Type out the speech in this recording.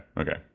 okay